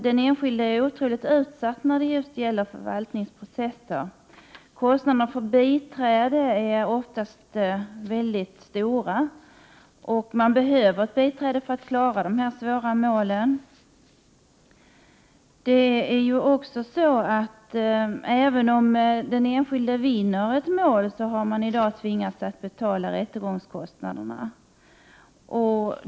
Den enskilde är otroligt utsatt just när det gäller förvaltningsprocesser. Kostnaderna för biträde är oftast väldigt stora. Men man behöver biträde för att klara så här svåra mål. Även om den enskilde vinner ett mål, tvingas vederbörande i dag att betala rättegångskostnaderna.